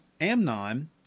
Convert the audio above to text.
Amnon